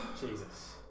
Jesus